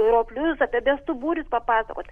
roplius apie bestuburius papasakot